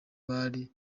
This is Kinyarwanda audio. bari